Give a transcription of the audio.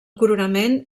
coronament